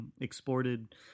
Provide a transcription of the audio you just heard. exported